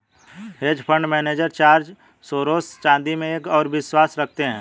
hedge fund manager George Soros चांदी में एक और विश्वास रखते हैं